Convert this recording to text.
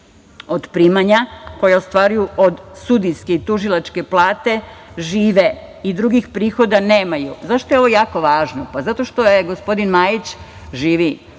od primanja koja ostvaruju od sudijske i tužilačke plate žive i drugih prihoda nemaju“.Zašto je ovo jako važno? Zato što gospodin Majić živi